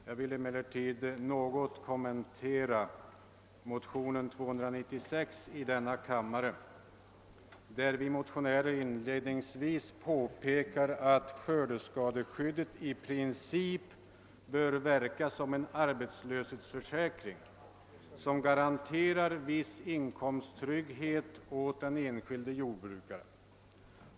Jag vill emellertid något kommentera motionen II: 296, där vi motionärer inledningsvis påpekar att skördeskadeskyddet i princip bör verka som en arbetslöshetsförsäkring som «garanterar viss inkomsttrygghet åt den enskilde jordbrukaren.